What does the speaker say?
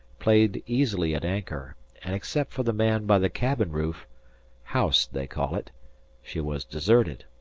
played easily at anchor, and except for the man by the cabin-roof house they call it she was deserted.